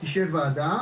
תשב וועדה,